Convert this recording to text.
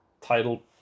title